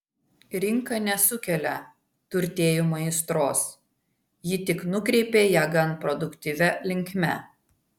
rinka nesukelia turtėjimo aistros ji tik nukreipia ją gan produktyvia linkme